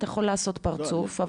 אתה יכול לעשות פרצוף,